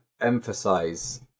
emphasize